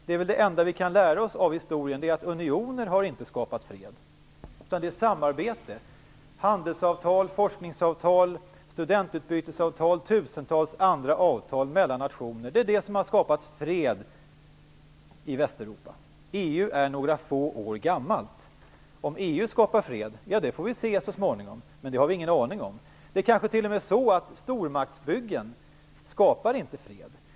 Det enda vi kan lära oss av historien är väl att det inte är unioner som har skapat fred, utan att det är samarbete. Det är handelsavtal, forskningsavtal, studentutbytesavtal och tusentals andra avtal mellan nationer som har skapat fred i Västeuropa. EU är några få år gammalt. Om EU skapar fred får vi se så småningom, men det har vi ingen aning om. Det kanske t.o.m. är så att stormaktsbyggen inte skapar fred.